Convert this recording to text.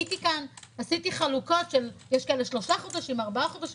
יש שלושה חודשים, ארבעה חודשים.